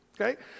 okay